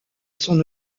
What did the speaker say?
son